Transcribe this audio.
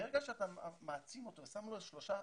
ברגע שאתה מעצים אותו ושם לו שלוש גופיות,